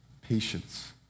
patience